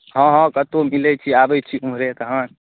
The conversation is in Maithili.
हँ हँ कतहु मिलै छी आबै छी ओम्हरे तखन